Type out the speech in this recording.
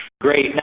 Great